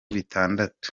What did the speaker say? bitandatu